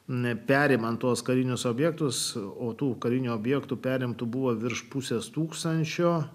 neperimant tuos karinius objektus o tų karinių objektų perimtų buvo virš pusės tūkstančio